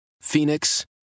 Phoenix